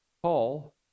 Paul